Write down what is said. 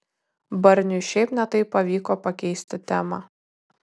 barniui šiaip ne taip pavyko pakeisti temą